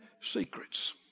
secrets